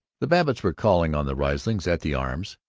the babbitts were calling on the rieslings at the arms.